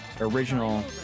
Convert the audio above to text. original